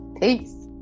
Peace